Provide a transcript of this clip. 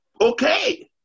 Okay